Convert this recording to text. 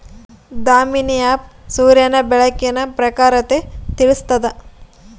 Damini app ಸೂರ್ಯನ ಬೆಳಕಿನ ಪ್ರಖರತೆ ತಿಳಿಸ್ತಾದ